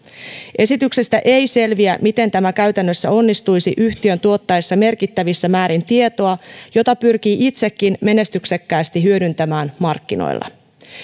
esityksestä ei selviä miten tämä käytännössä onnistuisi yhtiön tuottaessa merkittävissä määrin tietoa jota pyrkii itsekin menestyksekkäästi hyödyntämään markkinoilla